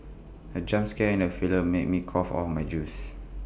the jump scare in the film made me cough out my juice